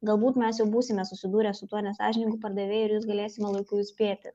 galbūt mes jau būsime susidūrę su tuo nesąžiningu pardavėju ir jūs galėsime laiku įspėti